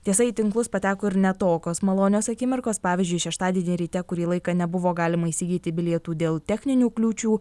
tiesa į tinklus pateko ir ne tokios malonios akimirkos pavyzdžiui šeštadienį ryte kurį laiką nebuvo galima įsigyti bilietų dėl techninių kliūčių